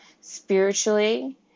Spiritually